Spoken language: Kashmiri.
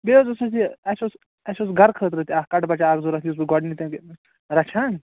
بیٚیہِ حظ اوس اسہِ یہِ اسہِ اوس اسہِ اوس گھرٕ خٲطرٕ تہِ اکھ کَٹہٕ بَچہ اکھ ضروٗرت یُس بہٕ رَچھہِ ہان